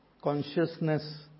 consciousness